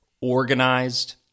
organized